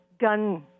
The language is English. gun